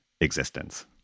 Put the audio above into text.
existence